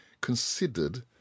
considered